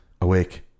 awake